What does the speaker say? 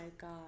god